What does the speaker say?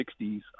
60s